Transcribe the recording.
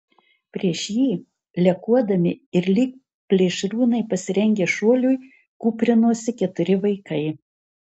prieš jį lekuodami ir lyg plėšrūnai pasirengę šuoliui kūprinosi keturi vaikai